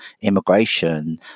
immigration